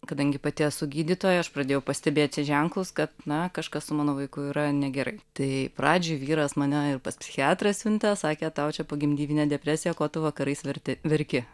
kadangi pati esu gydytoja aš pradėjau pastebėti ženklus kad na kažkas su mano vaiku yra negerai tai pradžioj vyras mane pas psichiatrą siuntė sakė tau čia pogimdyminė depresija ko tu vakarais verti verki